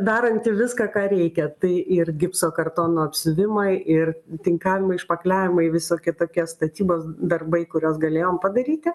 daranti viską ką reikia tai ir gipso kartono apsiuvimai ir tinkavimai špakliavimai visokie tokie statybos darbai kuriuos galėjom padaryti